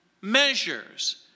measures